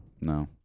No